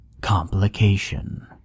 complication